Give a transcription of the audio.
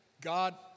God